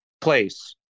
place